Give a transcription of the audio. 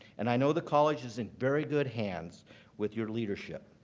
and i know the college is in very good hands with your leadership.